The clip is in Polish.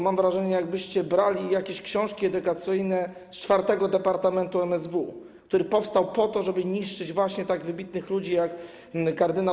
Mam wrażenie, jakbyście brali jakieś książki edukacyjne z Departamentu IV MSW, który powstał po to, żeby niszczyć właśnie tak wybitnych ludzi jak kard.